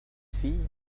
fille